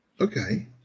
okay